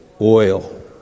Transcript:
oil